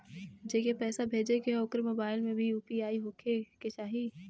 जेके पैसा भेजे के ह ओकरे मोबाइल मे भी यू.पी.आई होखे के चाही?